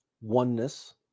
oneness